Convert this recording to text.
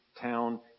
town